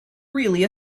really